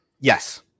Yes